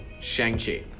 Shang-Chi